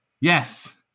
Yes